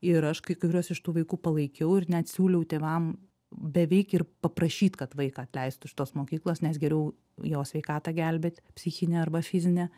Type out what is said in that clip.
ir aš kai kuriuos iš tų vaikų palaikiau ir net siūliau tėvam beveik ir paprašyt kad vaiką atleistų iš tos mokyklos nes geriau jo sveikatą gelbėt psichinę arba fizinę